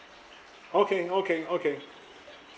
okay okay okay